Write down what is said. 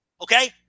Okay